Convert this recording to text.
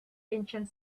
ancient